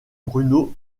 bruno